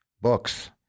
books